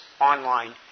online